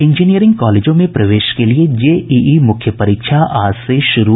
engineering कॉलेजों में प्रवेश के लिए जेईई मुख्य परीक्षा आज से शुरू